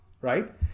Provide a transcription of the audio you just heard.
right